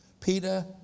Peter